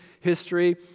history